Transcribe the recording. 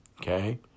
okay